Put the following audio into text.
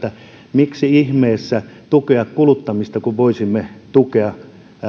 miksi ihmeessä tukea kuluttamista kun voisimme tukea